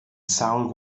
sawl